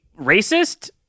racist